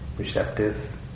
receptive